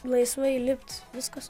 laisvai lipt viskas